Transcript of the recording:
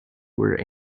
were